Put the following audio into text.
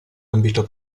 ambito